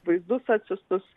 vaizdus atsiųstus